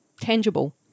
tangible